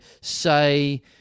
say